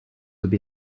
would